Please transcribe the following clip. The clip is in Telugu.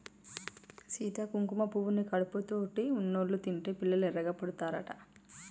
సీత కుంకుమ పువ్వుని కడుపుతోటి ఉన్నోళ్ళు తింటే పిల్లలు ఎర్రగా పుడతారట